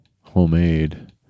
homemade